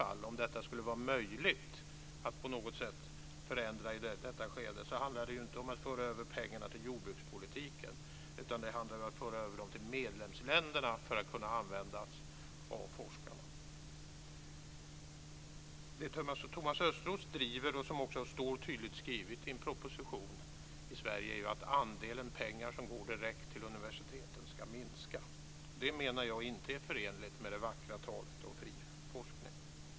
Om det skulle vara möjligt att förändra något i detta skede, handlar det inte om att föra över pengar till jordbrukspolitiken utan till medlemsländerna för att användas av forskarna. Thomas Östros driver i Sverige - och det står tydligt skrivet i en proposition - att andelen pengar som går direkt till universiteten ska minska. Det är inte förenligt med det vackra talet om fri forskning.